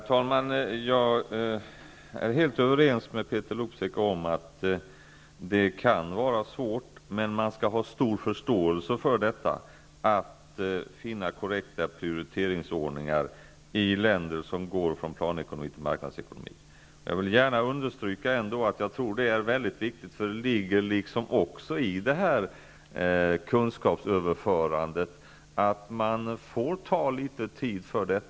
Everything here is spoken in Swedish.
Herr talman! Jag är helt överens med Peeter Luksep om att det kan vara svårt, men man skall ha stor förståelse för att man försöker finna korrekta prioriteringsordningar i länder som går från planekonomi till marknadsekonomi. Jag vill gärna understryka att det är mycket viktigt för det ligger också i kunskapsöverförandet att man får ta litet tid på sig.